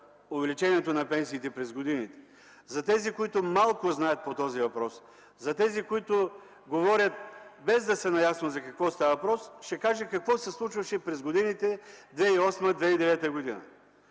увеличението на пенсиите през годините, за тези, които малко знаят по този въпрос, за тези, които говорят без да са наясно за какво става въпрос, ще кажа какво се случваше през 2008-2009 г.